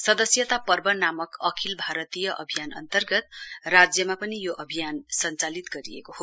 सदस्यता पर्व नामक अखिल भारतीय अभियान अन्तर्गत राज्यमा पनि यो अभियान सञ्चालित गरिएको हो